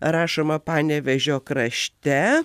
rašoma panevėžio krašte